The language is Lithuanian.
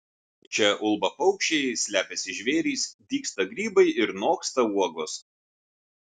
čia ulba paukščiai slepiasi žvėrys dygsta grybai ir noksta uogos